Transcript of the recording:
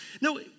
No